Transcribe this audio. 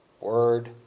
word